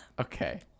Okay